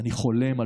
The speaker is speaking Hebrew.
אני חולם,